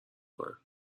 کنن